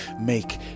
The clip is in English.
make